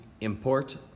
import